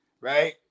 right